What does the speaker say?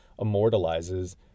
immortalizes